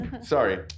Sorry